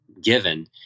given